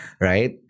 Right